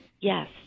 yes